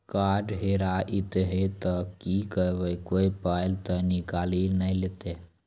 Card हेरा जइतै तऽ की करवै, कोय पाय तऽ निकालि नै लेतै?